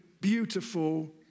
beautiful